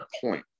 point